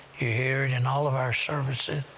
you hear it in all of our services,